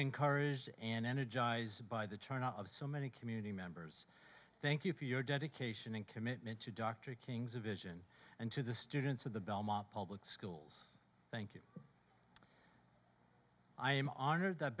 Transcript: encouraged and energized by the turn of so many community members thank you for your dedication and commitment to dr king's vision and to the students of the belmont public schools thank you i am honored that